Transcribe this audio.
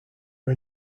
are